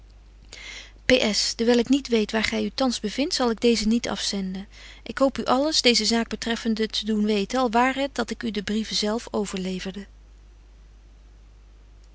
dewyl ik niet weet waar gy u thans bevindt zal ik deezen niet afzenden ik hoop u alles deeze zaak betreffende te doen weten al ware het dat ik u de brieven zelf overleverde